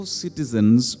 citizens